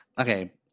Okay